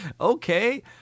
okay